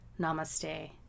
Namaste